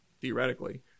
theoretically